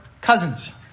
cousins